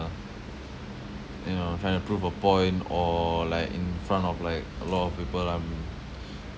you know trying to prove a point or like in front of like a lot of people I'm